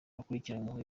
bakurikiranyweho